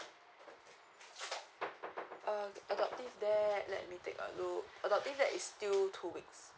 uh adoptive dad let me take a look adoptive dad is still two weeks